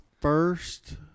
first